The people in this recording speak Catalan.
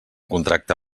contracte